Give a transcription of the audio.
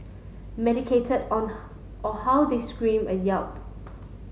medicated on or how they screamed and yelled